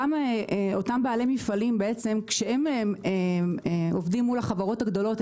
כשאותם בעלי מפעלים עובדים מול החברות הגדולות,